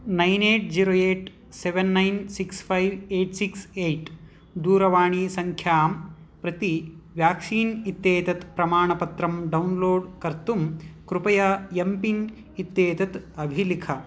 nine eight zero eight seven nine six five eight six eight दूरवाणीसङ्ख्यां प्रति vaccine इत्येतत् प्रमाणपत्रम् डौन्लोड् कर्तुं कृपया एम्पिन् इत्येतत् अभिलिख